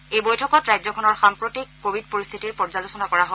এই বৈঠকত ৰাজ্যখনৰ সাম্প্ৰতি কোৱিড পৰিস্থিতিৰ পৰ্যালোচনা কৰা হয়